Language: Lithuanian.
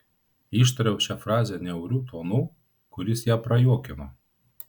ištariau šią frazę niauriu tonu kuris ją prajuokino